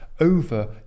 over